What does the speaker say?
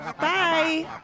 Bye